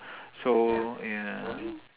so ya